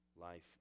life